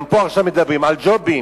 גם פה עכשיו מדברים על ג'ובים,